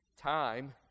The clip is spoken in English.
time